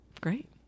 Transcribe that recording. Great